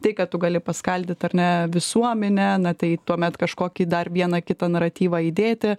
tai kad tu gali paskaldyt ar ne visuomenę na tai tuomet kažkokį dar vieną kitą naratyvą įdėti